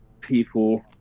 people